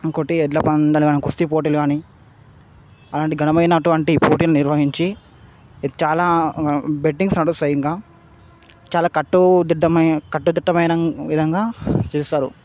ఇంకోటి ఎడ్లపందాలు కాని కుస్తీ పోటీలు కాని అలాంటి ఘనమయినట్టువంటి పోటీలు నిర్వహించి ఇది చాలా బెట్టింగ్స్ నడుస్తాయి ఇంకా చాలా కట్టూ దిడ్డమ కట్టుదిట్టమయిన విధంగా చేస్తారు